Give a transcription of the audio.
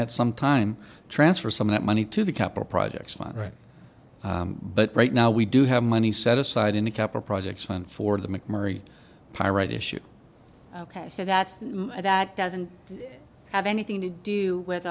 at some time transfer some of that money to the capital projects fund right but right now we do have money set aside in a couple projects and for the mcmurry pyrite issue ok so that's that doesn't have anything to do with